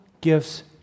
gifts